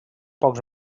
pocs